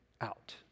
out